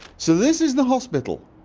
so this is the hospital